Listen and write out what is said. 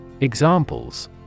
Examples